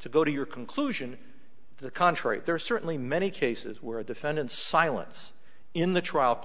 to go to your conclusion to the contrary there are certainly many cases where a defendant silence in the trial